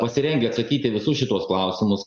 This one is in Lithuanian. o pasirengę atsakyti į visus šituos klausimus